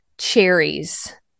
cherries